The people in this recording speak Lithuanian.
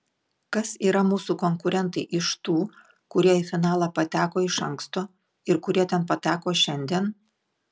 kas yra mūsų konkurentai iš tų kurie į finalą pateko iš anksto ir kurie ten pateko šiandien